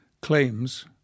claims